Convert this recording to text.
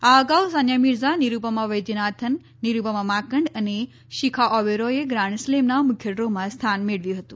આ અગાઉ સાનિયા મિર્ઝા નિરૂપમા વૈદ્યનાથન નિરૂપમા માંકડ અને શિખા ઓબેરોથે ગ્રાન્ડ સ્લેમના મુખ્ય ડ્રોમાં સ્થાન મેળવ્યું હતું